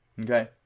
Okay